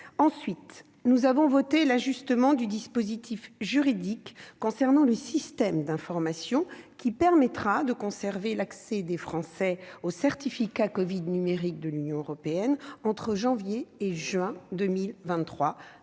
ensuite voté l'ajustement du dispositif juridique concernant le système d'information, qui permettra de conserver l'accès des Français au certificat covid numérique de l'Union européenne entre janvier et juin 2023,